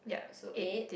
so eight